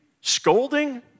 Scolding